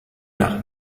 nach